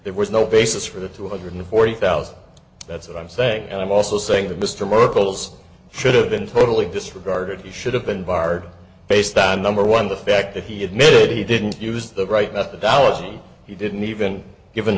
there was no basis for the two hundred forty thousand that's what i'm saying and i'm also saying that mr merkel's should have been totally disregarded he should have been barred based on number one the fact that he admitted he didn't use the right methodology he didn't even give